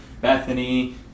Bethany